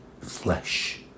flesh